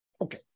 Okay